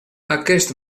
aquest